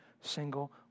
single